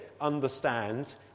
understand